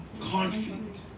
Conflict